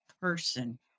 person